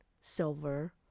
silver